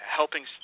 helping